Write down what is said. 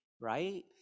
right